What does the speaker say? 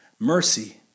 mercy